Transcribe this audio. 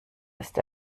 ist